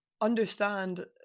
understand